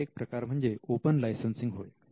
त्याचा एक प्रकार म्हणजे ओपन लायसनसिंग होय